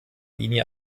linie